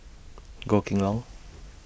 Goh Kheng Long